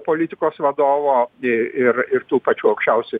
politikos vadovo ir ir tų pačių aukščiausių